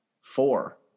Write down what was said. Four